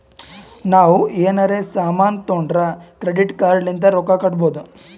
ನಾವ್ ಎನಾರೇ ಸಾಮಾನ್ ತೊಂಡುರ್ ಕ್ರೆಡಿಟ್ ಕಾರ್ಡ್ ಲಿಂತ್ ರೊಕ್ಕಾ ಕಟ್ಟಬೋದ್